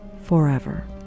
forever